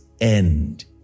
end